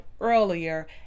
Earlier